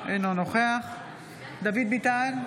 אינו נוכח דוד ביטן,